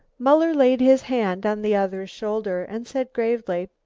muller laid his hand on the other's shoulder and said gravely